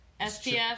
SPF